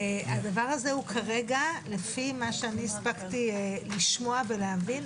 הדבר הזה כרגע לפי מה שאני הספקתי לשמוע ולהבין,